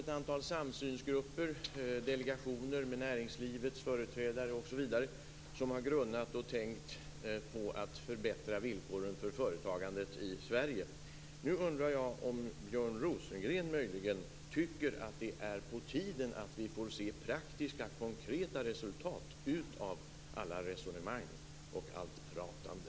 Ett antal samsynsgrupper, delegationer med näringslivets företrädare osv. har grunnat på att förbättra villkoren för företagandet i Sverige. Nu undrar jag om Björn Rosengren tycker att det är på tiden att vi får se praktiska konkreta resultat av allt resonemang och allt pratande.